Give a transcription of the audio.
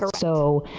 so so,